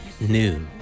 New